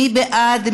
מי בעד?